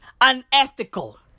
unethical